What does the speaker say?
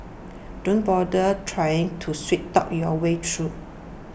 don't bother trying to sweet talk your way through